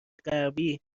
غربی